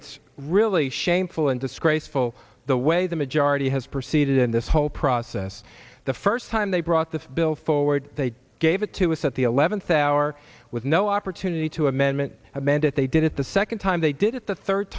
it's really shameful and disgraceful the way the majority has proceeded in this whole process the first time they brought this bill forward they gave it to us at the eleventh hour with no opportunity to amendment amend it they did it the second time they did it the third